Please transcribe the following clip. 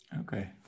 Okay